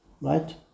Right